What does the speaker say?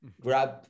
grab